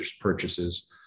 purchases